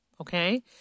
okay